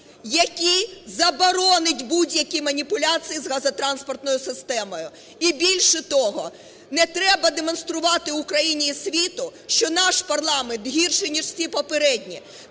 який заборонить будь-які маніпуляції з газотранспортною системою і більше того, не треба демонструвати Україні і світу, що наш парламент гірше, ніж всі попередні.